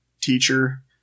teacher